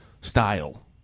style